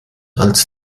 als